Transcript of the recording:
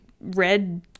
red